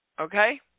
Okay